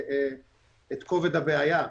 את כובד הבעיה,